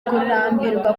kurambirwa